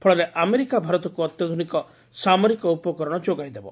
ଫଳରେ ଆମେରିକା ଭାରତକୁ ଅତ୍ୟାଧୁନିକ ସାମରିକ ଉପକରଣ ଯୋଗାଇ ଦେବ